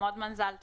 המון מזל טוב.